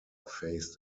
faced